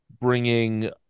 bringing